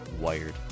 wired